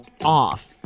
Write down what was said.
off